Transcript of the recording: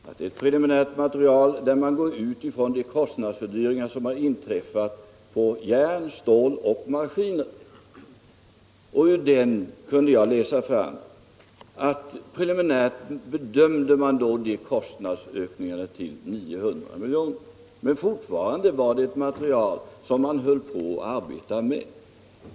I den kunde jag läsa fram att man preliminärt bedömde de inträffade kostnadsökningarna på järn, stål och maskiner så, att en fördyring av stålverket kunde uppstå med ca 900 milj.kr. Men fortfarande var detta ett material man höll på att arbeta med.